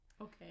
Okay